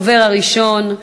הדובר הראשון,